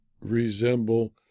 resemble